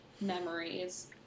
memories